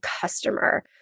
customer